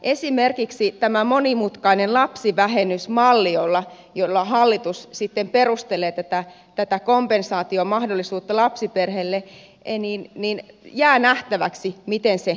esimerkiksi tämä monimutkainen lapsivähennysmalli jolla hallitus sitten perustelee tätä kompensaatiomahdollisuutta lapsiperheille jää nähtäväksi miten se toteutetaan